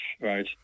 Right